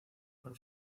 por